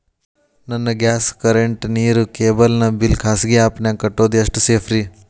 ನನ್ನ gas current, ನೇರು, cable ನ ಬಿಲ್ ಖಾಸಗಿ ಆ್ಯಪ್ ನ್ಯಾಗ್ ಕಟ್ಟೋದು ಎಷ್ಟು ಸೇಫ್ರಿ?